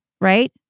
right